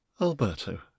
Alberto